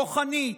כוחנית,